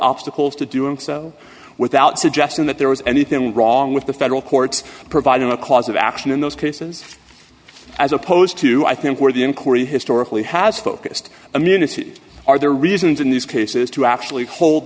obstacles to doing so without suggesting that there was anything wrong with the federal courts providing a cause of action in those cases as opposed to i think where the inquiry historically has focused immunity are there reasons in these cases to actually hold